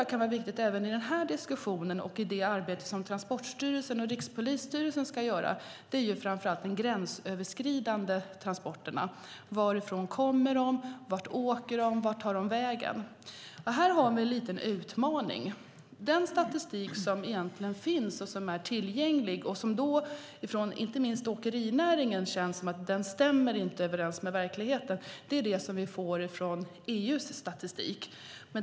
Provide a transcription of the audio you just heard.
Det kan vara viktigt även i denna diskussion och i det arbete som Transportstyrelsen och Rikspolisstyrelsen ska göra, som gäller framför allt de gränsöverskridande transporterna. Varifrån kommer de? Vart åker de? Vart tar de vägen? Här har vi en liten utmaning. Den statistik som finns och är tillgänglig stämmer inte överens med verkligheten enligt åkerinäringen. Det är den statistik vi får från EU.